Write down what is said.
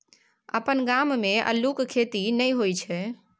अपन गाम मे अल्लुक खेती नहि होए छै